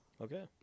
Okay